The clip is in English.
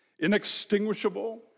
inextinguishable